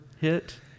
hit